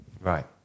right